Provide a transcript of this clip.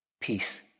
peace